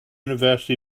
universe